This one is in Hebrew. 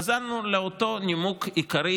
חזרנו לאותו נימוק עיקרי,